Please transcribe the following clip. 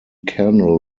canal